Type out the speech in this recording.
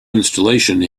installation